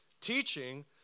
teaching